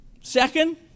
Second